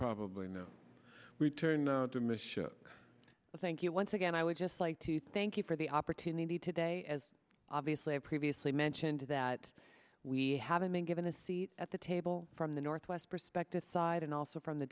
probably know return to miss shook thank you once again i would just like to thank you for the opportunity today as obviously i previously mentioned that we haven't been given a seat at the table from the northwest perspective side and also from the